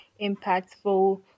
impactful